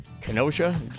Kenosha